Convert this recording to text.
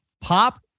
Pop